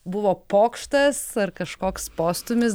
buvo pokštas ar kažkoks postūmis